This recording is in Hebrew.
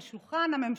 אל שולחן הממשלה,